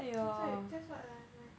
that's why that's what lah like